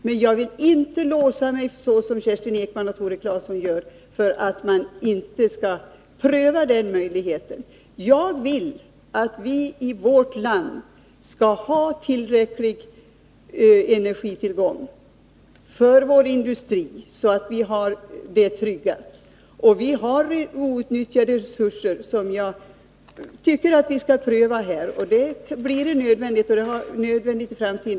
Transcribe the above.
Men jag vill inte låsa mig, såsom Kerstin Ekman och Tore Claeson gör, för att man inte skall pröva den möjligheten. Jag vill att vi i vårt land skall ha tillräckliga energitillgångar för vår industri, så att den är tryggad. Vi har här outnyttjade resurser, som jag tycker att vi skall pröva och som kan bli nödvändiga i framtiden.